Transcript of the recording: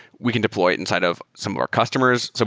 we can deploy it inside of some of our customers, so